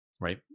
right